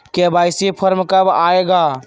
KYC form कब आए गा?